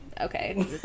Okay